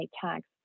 tags